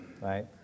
right